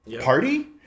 party